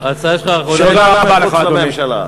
תודה רבה לך, אדוני.